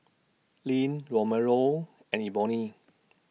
Lynn Romello and Eboni